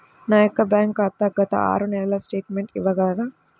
నా యొక్క బ్యాంక్ ఖాతా గత ఆరు నెలల స్టేట్మెంట్ ఇవ్వగలరా?